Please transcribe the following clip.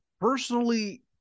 personally